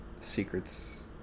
Secrets